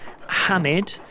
Hamid